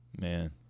Man